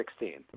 2016